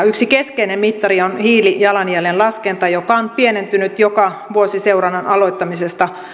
yksi keskeinen mittari on hiilijalanjäljen laskenta hiilijalanjälki on pienentynyt joka vuosi seurannan aloittamisesta